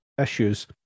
issues